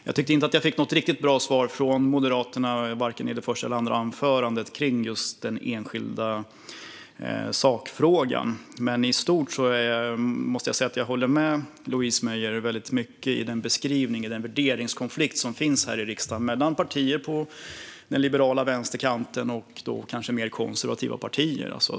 Jag tycker inte att jag fick något riktigt bra svar från Moderaterna i vare sig det första eller andra anförandet när det gäller den enskilda sakfrågan, men i stort håller jag med Louise Meijer mycket i beskrivningen av den värderingskonflikt som finns här i riksdagen mellan partier på den liberala vänsterkanten och mer konservativa partier.